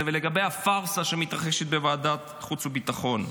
ולגבי הפארסה שמתרחשת בוועדת חוץ וביטחון.